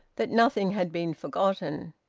that nothing had been forgotten.